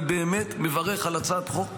אני באמת מברך על הצעת חוק טובה,